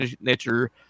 nature